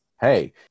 hey